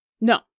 No